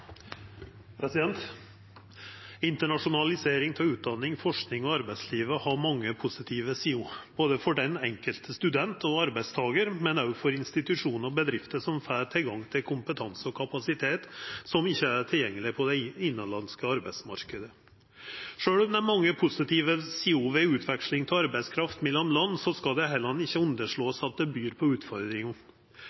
for institusjonar og bedrifter som får tilgang til kompetanse og kapasitet som ikkje er tilgjengeleg på den innanlandske arbeidsmarknaden. Sjølv om det er mange positive sider ved utveksling av arbeidskraft mellom land, skal ein heller ikkje underslå